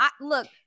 look